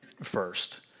first